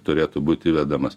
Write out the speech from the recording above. turėtų būt įvedamas